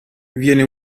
viene